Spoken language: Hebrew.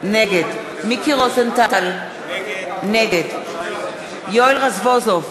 נגד מיקי רוזנטל, נגד יואל רזבוזוב,